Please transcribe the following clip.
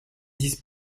disent